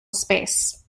space